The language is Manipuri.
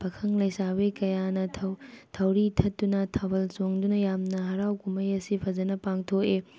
ꯄꯥꯈꯪ ꯂꯩꯁꯥꯕꯤ ꯀꯌꯥꯅ ꯊꯧꯔꯤ ꯊꯠꯇꯨꯅ ꯊꯥꯕꯜ ꯆꯣꯡꯗꯨꯅ ꯌꯥꯝꯅ ꯍꯔꯥꯎ ꯀꯨꯝꯍꯩ ꯑꯁꯤ ꯐꯖꯅ ꯄꯥꯡꯊꯣꯛꯏ